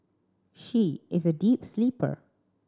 she is a deep sleeper